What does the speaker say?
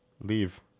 Leave